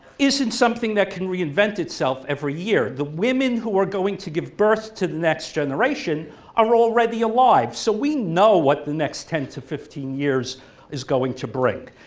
isn't something that can reinvent itself every year. the women who are going to give birth to the next generation are already alive so we know what the next ten to fifteen years is going to bring.